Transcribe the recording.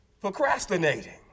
procrastinating